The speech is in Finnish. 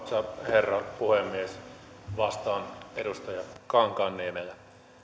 herra puhemies vastaan edustaja kankaanniemelle